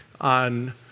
on